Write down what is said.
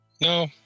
No